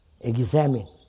examine